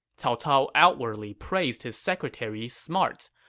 cao cao outwardly praised his secretary's smarts,